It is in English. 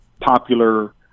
popular